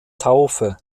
taufe